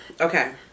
Okay